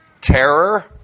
terror